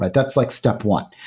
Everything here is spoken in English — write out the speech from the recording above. but that's like step one.